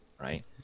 right